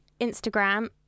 instagram